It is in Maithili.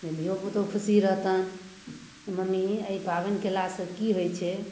जे धिओपुतो खुशी रहतनि मम्मी एहि पाबनि कएलासँ कि होइ छै